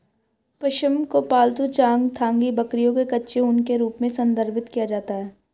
पश्म को पालतू चांगथांगी बकरियों के कच्चे ऊन के रूप में संदर्भित किया जाता है